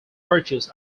virtues